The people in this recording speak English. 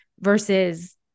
versus